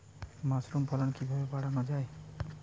মাসরুমের ফলন কিভাবে বাড়ানো যায়?